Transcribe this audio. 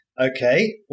Okay